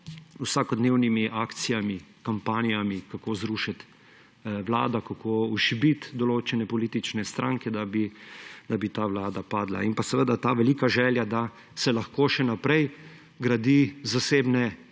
vsakodnevnimi akcijami, kampanjami, kako zrušiti vlado, kako ošibiti določene politične stranke, da bi ta vlada padla. In ta velika želja, da se lahko še naprej gradi zasebne